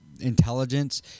intelligence